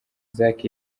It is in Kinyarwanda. isaac